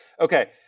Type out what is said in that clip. Okay